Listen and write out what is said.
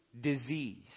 disease